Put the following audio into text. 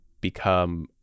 become